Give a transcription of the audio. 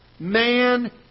Man